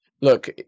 look